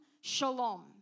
shalom